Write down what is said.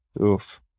oof